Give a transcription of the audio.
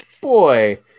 boy